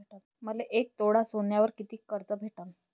मले एक तोळा सोन्यावर कितीक कर्ज भेटन?